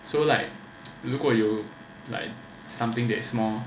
so like 如果有 like something that's more